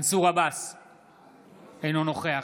אינו נוכח